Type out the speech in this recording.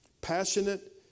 Passionate